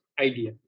idea